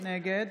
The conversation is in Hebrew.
נגד